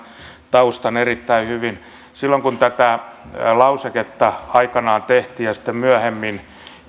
taustan erittäin hyvin silloin kun tätä lauseketta aikanaan tehtiin ja sitten myöhemmin ajateltiin että